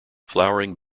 flowering